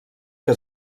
que